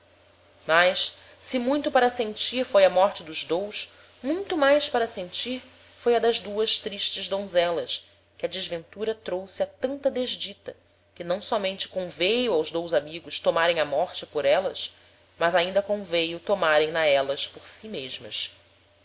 mas se muito para sentir foi a morte dos dous muito mais para sentir foi a das duas tristes donzelas que a desventura trouxe a tanta desdita que não sómente conveio aos dous amigos tomarem a morte por élas mas ainda conveio tomarem na élas por si mesmas